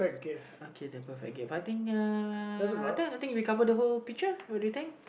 okay the perfect gift I think uh then I think we cover the whole picture what do you think